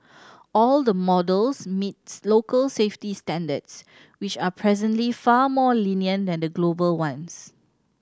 all the models meets local safety standards which are presently far more lenient than global ones